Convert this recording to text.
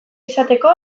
izateko